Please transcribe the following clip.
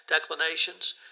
declinations